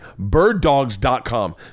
Birddogs.com